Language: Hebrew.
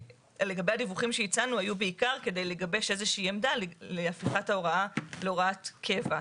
הדיווחים שהצענו היו בעיקר כדי לגבש עמדה להפיכת ההוראה להוראת קבע,